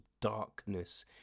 darkness